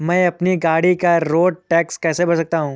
मैं अपनी गाड़ी का रोड टैक्स कैसे भर सकता हूँ?